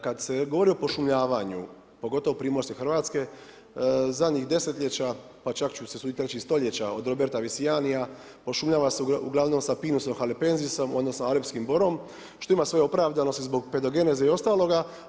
Kad se govori o pošumljavanju pogotovo Primorske Hrvatske, zadnjih desetljeća, pa čak ću se usuditi reći i stoljeća od Roberta Visiania pošumljava se uglavnom sa pinusom halepensisom odnosno alepskim borom što ima svoje opravdanosti zbog pedogeneze i ostaloga.